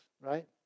right